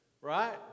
right